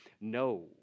No